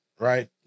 right